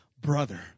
brother